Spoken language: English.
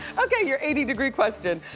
okay, your eighty degree question.